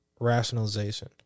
rationalization